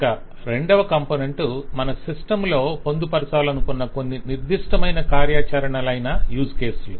ఇక రెండవ కాంపొనెంట్ మనం సిస్టమ్ లో పొందుపరచాలనుకొన్న నిర్ధిష్టమైన కార్యాచరణలైన యూజ్ కేసులు